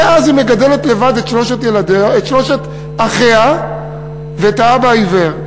מאז היא מגדלת את שלושת אחיה ואת האבא העיוור,